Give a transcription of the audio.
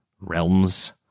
realms